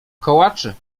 kołaczy